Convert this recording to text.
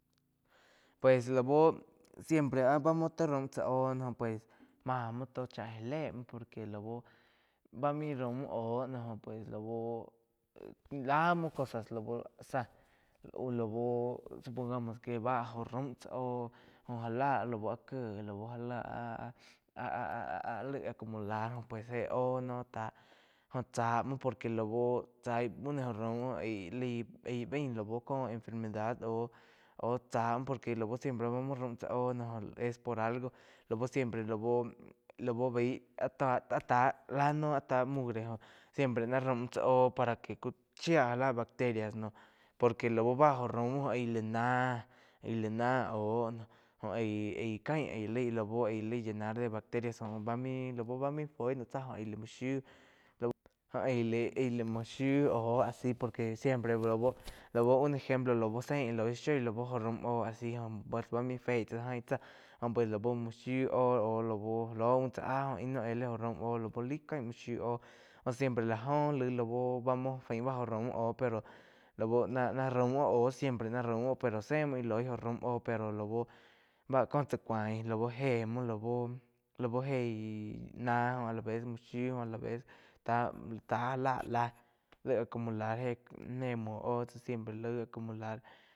Pues lá buh siempre áh ba muo tá raum tsá óh jo pues má muo tó chá já le muo por que lau bá main raum óh pues lau láh muo cosas lau záh lau supongamos que vá jo raum tsá oh jó lá laú áh kieh já laá áh-áh-áh laig acomodar jéh óh no táh jo tsá muo por que lau tsai ba nó jo raum aíh bain lau cóh enfermedad oh chá muo por que lau siempre muo raum tsá ho es por algo lau siempre lau, lau bái áh tá- áh tá láh áh tá mugre siempre náh raum tsá oh para que ku chía já la bacteria noh por que lau bá jo raum aih lá ái lá náh. Aí la náh oh jo ai-ai cain aí lai lá bu aih laig llenar de bacterias go bá lau bá main foi naum tsáh jo aih la muo shiu lau aih la muo shiu óho a si por que siempre lau un ejemplo sein íh loig shoi lá bu jo raum óho a si pues bá nain feíi tsá jain tsáh jo pues lau muo shiu óh lau laig muo tsá íh no éh laig óh raum oh lau lai caín muo shiu óh jo siempre la jó lai lau báh faim muo jo raum óho lau ná-ná raum oh óh siempre na raum oh zé muo íh oh rau oh pero báhh cóh tsá cuain jé muo lau lá bá eig náh jo á laves muo shiu a la vez ta-ta já láh láh laig acumular jéh muo óh tsá siempre laig acumular.